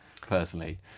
personally